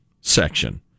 section